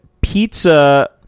pizza